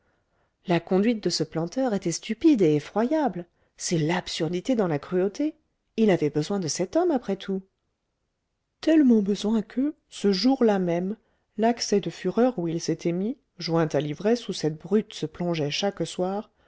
la conduite de ce planteur était stupide et effroyable c'est l'absurdité dans la cruauté il avait besoin de cet homme après tout tellement besoin que ce jour-là même l'accès de fureur où il s'était mis joint à l'ivresse où cette brute se plongeait chaque soir